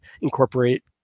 incorporate